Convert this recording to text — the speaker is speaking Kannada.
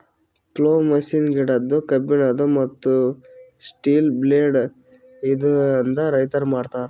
ಪ್ಲೊ ಮಷೀನ್ ಗಿಡದ್ದು, ಕಬ್ಬಿಣದು, ಮತ್ತ್ ಸ್ಟೀಲ ಬ್ಲೇಡ್ ಇಂದ ತೈಯಾರ್ ಮಾಡ್ತರ್